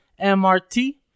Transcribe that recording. MRT